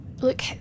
Look